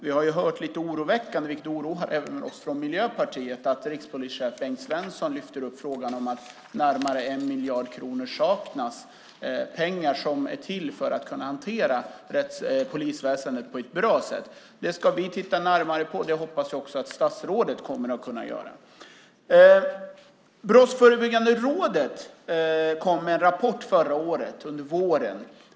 Vi har ju lite oroväckande hört, vilket oroar även oss från Miljöpartiet, att rikspolischef Bengt Svenson lyfter upp frågan om att närmare 1 miljard kronor saknas, pengar som är till för att kunna hantera polisväsendet på ett bra sätt. Det ska vi titta närmare på. Det hoppas jag att också statsrådet kommer att kunna göra. Brottsförebyggande rådet kom med en rapport förra året under våren.